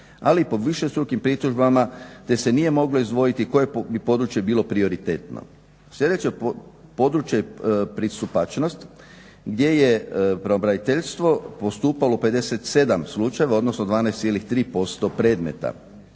ali pod višestrukim pritužbama gdje se nije moglo izdvojiti koje bi područje bilo prioritetno. Sljedeće područje je pristupačnost gdje je pravobraniteljstvo postupalo u 57 slučajeva, odnosno 12,3% predmeta.